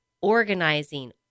organizing